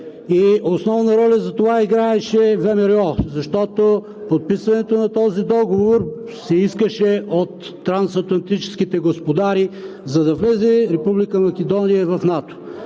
Основна роля за това играеше ВМРО, защото подписването на този договор се искаше от трансатлантическите господари, за да влезе Република Македония в НАТО.